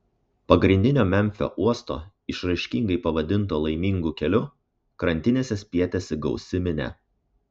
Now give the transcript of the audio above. pagrindinio memfio uosto išraiškingai pavadinto laimingu keliu krantinėse spietėsi gausi minia